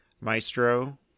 Maestro